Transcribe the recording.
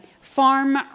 Farm